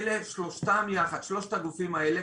שלושת הגופים האלה,